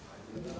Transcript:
Hvala